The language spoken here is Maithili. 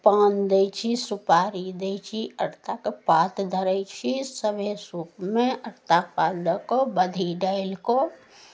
पान दै छी सुपारी दै छी आरतक पात धरै छी सभे सूपमे आरतक पात दऽ कऽ बद्धी डालि कऽ